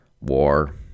War